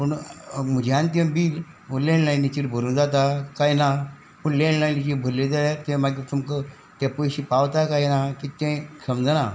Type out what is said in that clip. पूण म्हज्यान तें बील लेंड लायनीचेर भरूं जाता कांय ना पूण लँड लायनीचेर भरलें जाल्यार तें मागीर तुमकां तें पयशे पावता कांय ना कितें तें समजना